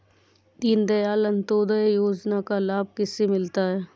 दीनदयाल अंत्योदय योजना का लाभ किसे मिलता है?